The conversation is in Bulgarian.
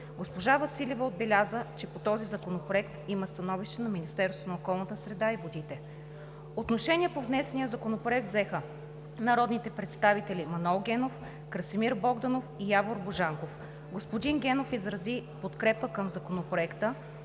Госпожа Василева отбеляза, че по този законопроект има становище на Министерството на околната среда и водите. Отношение по внесения законопроект взеха народните представители Манол Генов, Красимир Богданов и Явор Божанков. Господин Генов изрази подкрепа към Законопроекта